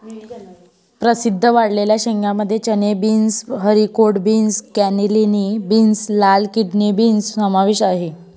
प्रसिद्ध वाळलेल्या शेंगांमध्ये चणे, beans, haricot beans, cannellini beans, लाल किडनी बीन्स समावेश आहे